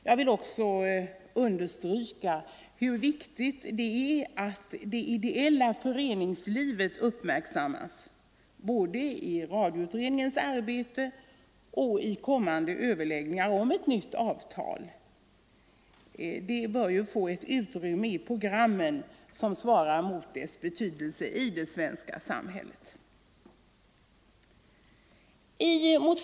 Jag vill också understryka hur viktigt det är att det ideella föreningslivet uppmärksammas både i radioutredningens arbete och i kommande överläggningar om ett nytt avtal. Det bör få ett utrymme i programmen som svarar mot dess betydelse i det svenska samhället.